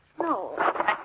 No